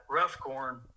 Roughcorn